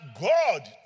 God